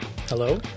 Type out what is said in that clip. Hello